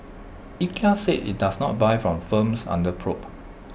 Ikea said IT does not buy from firms under probe